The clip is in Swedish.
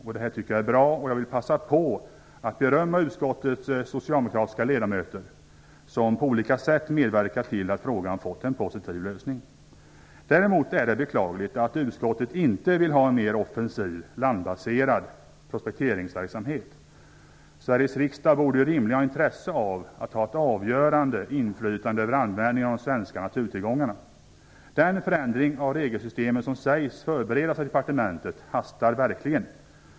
Jag tycker att detta är bra, och jag vill passa på att berömma utskottets socialdemokratiska ledamöter, som på olika sätt medverkat till att frågan fått en positiv lösning. Däremot är det beklagligt att utskottet inte vill ha en mer offensiv landbaserad prospekteringsverksamhet. Sveriges riksdag borde rimligen ha intresse av att ha ett avgörande inflytande över användningen av de svenska naturtillgångarna. Den förändring av regelsystemen som sägs vara under förberedande i departementet hastar verkligen.